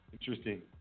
Interesting